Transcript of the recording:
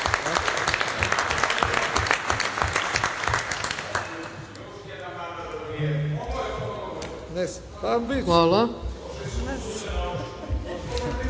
Hvala.